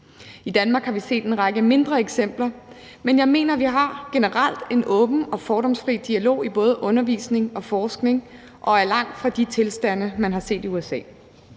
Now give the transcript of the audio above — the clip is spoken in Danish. I Danmark har vi set en række mindre eksempler, men jeg mener, at vi generelt har en åben og fordomsfri dialog i både undervisningen og forskningen og er langt fra de tilstande, man har set i USA.